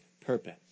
purpose